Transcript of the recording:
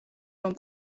რომ